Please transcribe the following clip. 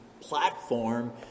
platform